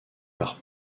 par